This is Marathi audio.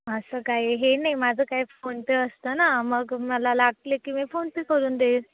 असं काही हे नाही माझं काही फोनपे असतं ना मग मला लागले की मी फोनपे करून देईल